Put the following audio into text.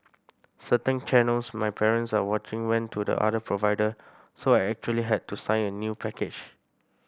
certain channels my parents are watching went to the other provider so I actually had to sign a new package